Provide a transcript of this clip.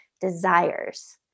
desires